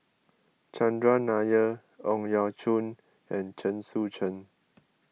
Chandran Nair Ang Yau Choon and Chen Sucheng